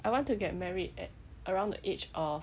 I want to get married at around the age of